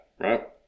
right